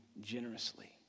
generously